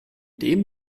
dem